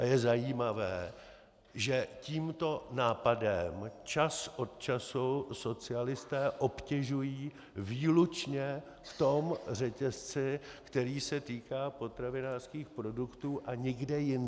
Je zajímavé, že tímto nápadem čas od času socialisté obtěžují výlučně v tom řetězci, který se týká potravinářských produktů, a nikde jinde.